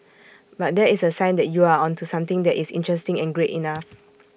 but that is A sign that you are onto something that is interesting and great enough